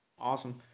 Awesome